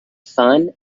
fun